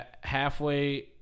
halfway